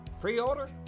Pre-order